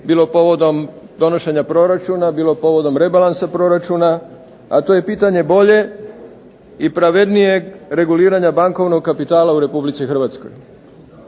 bilo povodom donošenja proračuna, bilo povodom rebalansa proračuna, a to je pitanje boljeg i pravednijeg reguliranja bankovnog kapitala u Republici Hrvatskoj